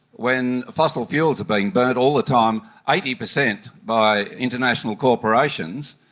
when fossil fuels are being burnt all the time, eighty percent by international corporations,